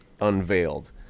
unveiled